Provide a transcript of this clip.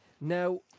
Now